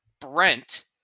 brent